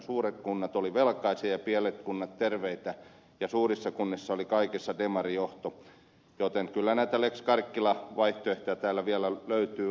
suuret kunnat olivat velkaisia ja pienet kunnat terveitä ja suurissa kunnissa oli kaikissa demarijohto joten kyllä näitä lex karkkila vaihtoehtoja täällä vielä löytyy lähitulevaisuudessa lisää